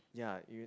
ya